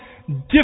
Different